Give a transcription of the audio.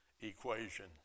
equation